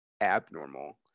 abnormal